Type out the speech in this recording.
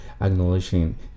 acknowledging